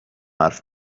حرف